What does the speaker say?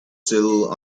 still